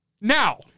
Now